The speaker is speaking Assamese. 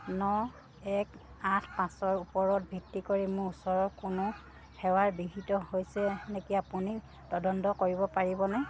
ন এক আঠ পাঁচৰ ওপৰত ভিত্তি কৰি মোৰ ওচৰত কোনো সেৱা বিঘ্নিত হৈছে নেকি আপুনি তদন্ত কৰিব পাৰিবনে